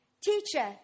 Teacher